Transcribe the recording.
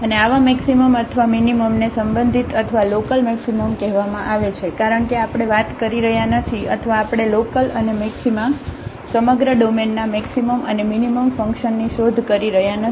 અને આવા મેક્સિમમ અથવા મીનીમમને સંબંધિત અથવા લોકલમેક્સિમમ કહેવામાં આવે છે કારણ કે આપણે વાત કરી રહ્યા નથી અથવા આપણે લોકલઅને મેક્સિમા સમગ્ર ડોમેનના મેક્સિમમ અને મીનીમમ ફંકશનની શોધ કરી રહ્યાં નથી